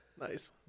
Nice